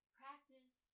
practice